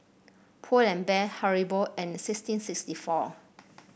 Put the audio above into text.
Pull and Bear Haribo and sixteen sixty four